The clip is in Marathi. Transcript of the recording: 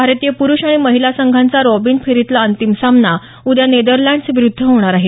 भारतीय प्रुष आणि महिला संघांचा रॉबीन फेरीतला अंतिम सामना उद्या नेदरलँड्स विरुद्ध होणार आहे